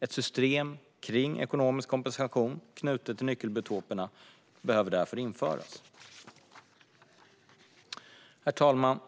Ett system för ekonomisk kompensation knutet till nyckelbiotoperna behöver därför införas. Herr talman!